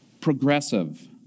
progressive